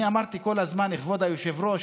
אני אמרתי כל הזמן לכבוד היושב-ראש